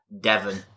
Devon